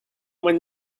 when